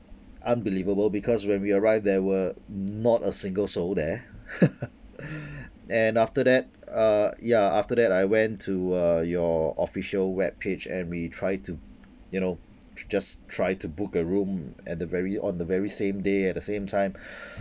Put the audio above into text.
unbelievable because when we arrived there were not a single so there and after that uh ya after that I went to uh your official web page and we try to you know just try to book a room at the very on the very same day at the same time